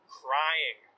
crying